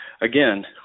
again